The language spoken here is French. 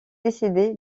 décédé